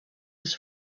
was